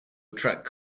attract